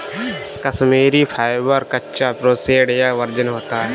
Kashmiri fibre, कच्चा, processed या virgin होता है